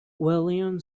william